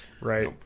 Right